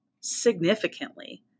significantly